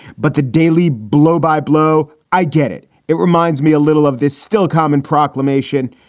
but the daily blow by blow. i get it. it reminds me a little of this still common proclamation.